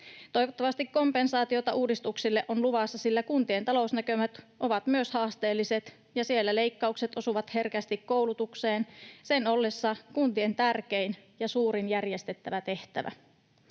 Toivottavasti kompensaatiota uudistuksille on luvassa, sillä kuntien talousnäkymät ovat myös haasteelliset, ja siellä leikkaukset osuvat herkästi koulutukseen sen ollessa kuntien tärkein ja suurin järjestettävä tehtävä.